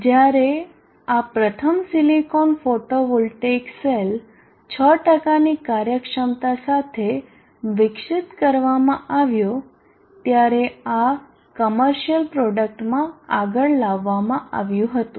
જ્યારે આ પ્રથમ સિલિકોન ફોટોવોલ્ટેઇક સેલ 6 ની કાર્યક્ષમતા સાથે વિકસિત કરવામાં આવ્યો ત્યારે આ કમર્સિયલ પ્રોડક્ટ માં આગળ લાવવા આવ્યું હતું